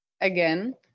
again